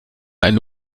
einen